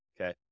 Okay